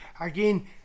again